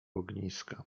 ogniska